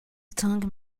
tongue